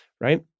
right